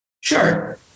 Sure